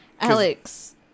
Alex